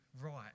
right